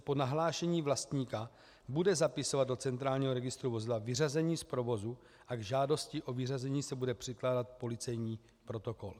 Od 1. 1. 2015 se po nahlášení vlastníka bude zapisovat do centrálního registru vozidla vyřazení z provozu a k žádosti o vyřazení se bude předkládat policejní protokol.